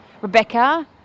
rebecca